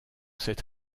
cette